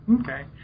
Okay